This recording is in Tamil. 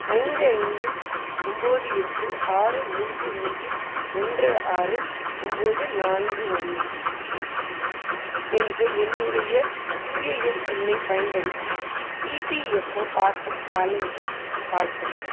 ஐந்து ஐந்து ஒம்போது எட்டு ஆறு மூன்று மூன்று ஒன்று ஆறு ஒம்போது நான்கு ஒன்று என்ற என்னுடைய யுஏஎன் எண்ணை பயன்படுத்தி இபிஎஃப்ஓ பாஸ்புக் பேலன்ஸை பார்க்கவும்